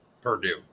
Purdue